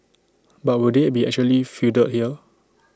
but will they be actually fielded here